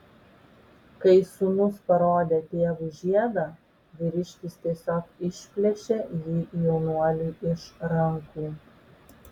kai sūnus parodė tėvui žiedą vyriškis tiesiog išplėšė jį jaunuoliui iš rankų